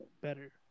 better